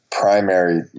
Primary